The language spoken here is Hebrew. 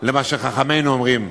למה שחכמינו אומרים.